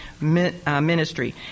ministry